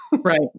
Right